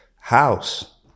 House